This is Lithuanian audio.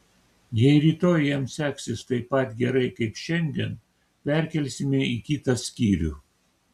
jei rytoj jam seksis taip pat gerai kaip šiandien perkelsime į kitą skyrių